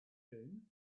thin